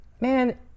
man